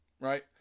right